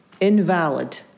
invalid